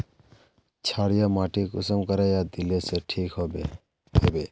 क्षारीय माटी कुंसम करे या दिले से ठीक हैबे?